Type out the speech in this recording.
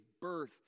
birth